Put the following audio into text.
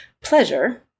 pleasure